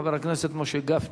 חבר הכנסת משה גפני.